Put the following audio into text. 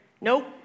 Nope